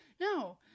No